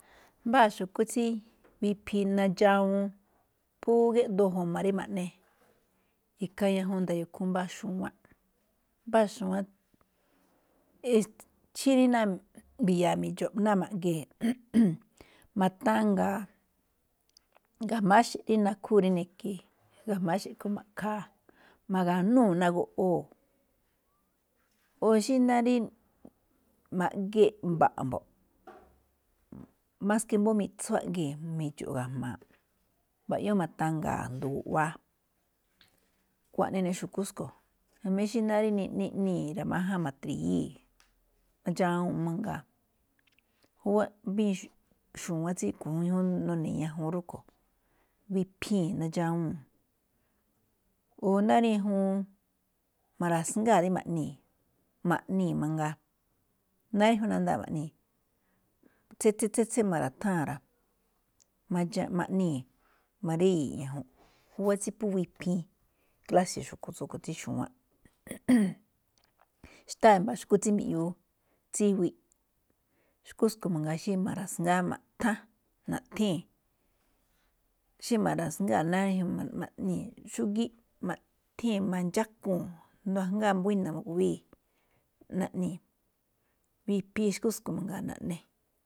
Mbáa xu̱kú tsí wiphii nadxawuun phú géꞌdoo̱ ju̱ma̱ ri ma̱ꞌne. Ikhaa ñajuun nda̱yo̱o̱ mbáa xu̱wánꞌ, mbáa xu̱wánꞌ, xí rí ná mbi̱ya̱a̱ mi̱dxo̱ꞌ ná ma̱ꞌgee̱, ma̱tanga̱a̱, ga̱jma̱á xe̱ꞌ nakhúu̱ rí ni̱ke̱e̱, ga̱jma̱á xe̱ꞌ rúꞌkhue̱n ma̱ꞌkha̱a̱, ma̱ga̱núu̱ ná goꞌwóo̱, o xí rí ná ma̱ꞌgee̱ mba̱ꞌ mbo̱ꞌ, maske mbóó miꞌtsún gáꞌgee̱ mi̱dxo̱ꞌ ga̱jma̱a̱ꞌ, mba̱yóo ma̱tanga̱a̱ asndo guꞌwáá. Xkuaꞌnii ene̱ xu̱kú tsúꞌkhue̱n jamí xí rí náá rí niꞌnii̱ ra̱ma̱ján ma̱tri̱yíi̱, nadxawuu̱n mangaa̱. Mbíin nune̱ ñajun rúꞌkhue̱n, wiphii̱n nadxawuu̱n. O náá rí ñajuun, ma̱rasngáa̱ rí ma̱ꞌnii̱, ma̱ꞌnii̱ mangaa, náá rí ñajuun nandaaꞌ ma̱ꞌnii̱, tsetse tsetse tsetse ma̱ra̱tháa̱n rá. Ma̱ꞌnii̱, maríye̱e̱ꞌ ñajunꞌ, júwá tsí phú wiphi̱i̱n, kláse̱ xu̱kú tsí xu̱wánꞌ. xtáa i̱mba̱a̱ xu̱kú tsí mbiꞌyuu, tsiwi, xu̱kú tsúꞌkhue̱n mangaa xí ma̱ra̱sngáá, maꞌthán naꞌthée̱n, xí ma̱ra̱sngáa̱ náá rí ñajuun ma̱ꞌnii̱, xúgíí maꞌthée̱n mandxákuu̱n ajngáa buína̱ ma̱gu̱wíi̱, naꞌnii̱ wíphii xu̱kú tsúꞌkhue̱n mangaa naꞌne.